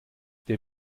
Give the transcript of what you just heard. der